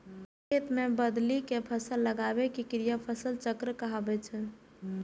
खेत मे बदलि कें फसल लगाबै के क्रिया फसल चक्र कहाबै छै